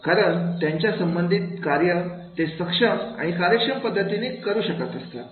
कारण त्यांच्या संबंधित कार्य ते सक्षम आणि कार्यक्षम पद्धतीने करू शकत असतात